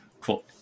Cool